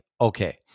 okay